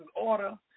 order